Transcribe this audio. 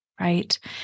right